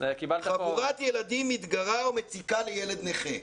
"חבורת ילדים מתגרה או מציקה לילד נכה".